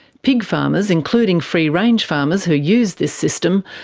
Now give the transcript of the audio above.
pig farmers, including free range farmers who use this system,